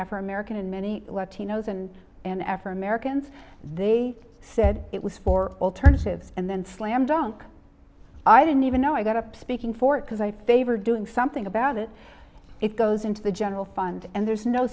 afro american in many latinos and in ever americans they said it was for alternatives and then slam dunk i didn't even know i got up speaking for it because i favor doing something about it it goes into the general fund and there's no